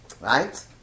right